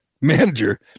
manager